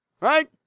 Right